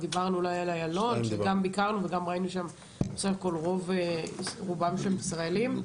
דיברנו אולי על איילון כי גם ביקרנו שם וראינו שרובם ישראלים.